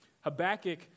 Habakkuk